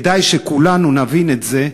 כדאי שכולנו נבין את זה.